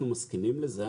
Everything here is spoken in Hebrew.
אנחנו מסכימים לזה.